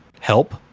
help